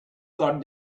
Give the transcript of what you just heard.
got